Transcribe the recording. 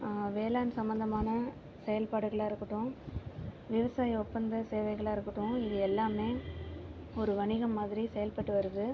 வேளாண் சம்மந்தமான செயல்பாடுகளாக இருக்கட்டும் விவசாய ஒப்பந்த சேவைகளாக இருக்கட்டும் இது எல்லாமே ஒரு வணிகம் மாதிரி செயல்பட்டு வருது